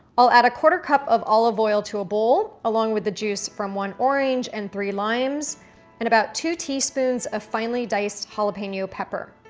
i'll add a quarter cup of olive oil to a bowl along with the juice from one orange and three limes and about two teaspoons of finely diced jalapeno pepper.